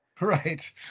Right